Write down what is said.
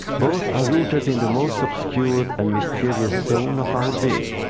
both are rooted in the most obscure and mysterious zone of our being,